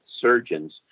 surgeons